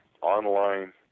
online